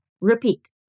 Repeat